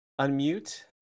unmute